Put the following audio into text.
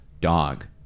Dog